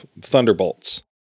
Thunderbolts